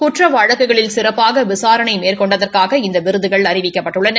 குற்ற வழக்குகளில் சிறப்பாக விசாரணை மேற்கொண்டதற்காக இந்த விருதுகள் அறிவிக்கப்பட்டுள்ளன